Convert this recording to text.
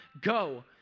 go